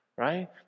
Right